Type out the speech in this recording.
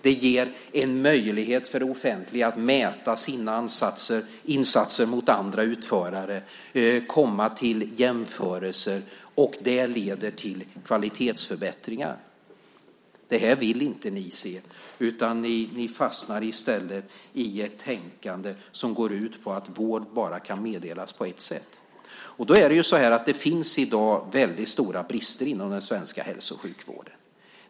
Det ger en möjlighet för det offentliga att mäta sina insatser mot andra utförare, komma till jämförelser, och det leder till kvalitetsförbättringar. Detta vill ni inte se, utan i stället fastnar ni i ett tänkande som går ut på att vård bara kan meddelas på ett sätt. Det finns i dag stora brister inom den svenska hälso och sjukvården.